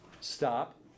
stop